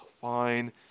fine